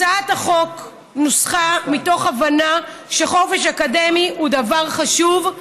הצעת החוק נוסחה מתוך הבנה שחופש אקדמי הוא דבר חשוב,